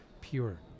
pure